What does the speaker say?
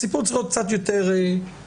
הסיפור צריך להיות קצת יותר גמיש,